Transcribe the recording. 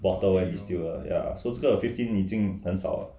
bottle then distilled ah yeah so 这个 fifteen 已经很少了:yijing hen shao le